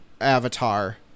avatar